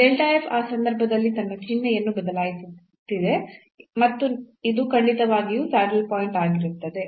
ಈ ಆ ಸಂದರ್ಭದಲ್ಲಿ ತನ್ನ ಚಿಹ್ನೆಯನ್ನು ಬದಲಾಯಿಸುತ್ತಿದೆ ಮತ್ತು ಇದು ಖಂಡಿತವಾಗಿಯೂ ಸ್ಯಾಡಲ್ ಪಾಯಿಂಟ್ ಸೆಡಲ್ point ಆಗಿರುತ್ತದೆ